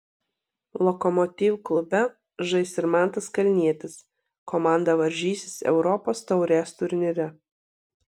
lokomotiv klube žais ir mantas kalnietis komanda varžysis europos taurės turnyre